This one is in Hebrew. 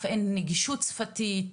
נגישות שפתית,